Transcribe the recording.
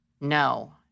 No